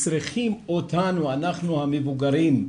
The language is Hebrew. צריכים אותנו, אנחנו המבוגרים.